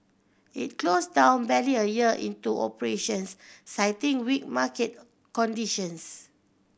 it closed down barely a year into operations citing weak market conditions